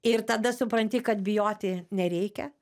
ir tada supranti kad bijoti nereikia